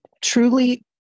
truly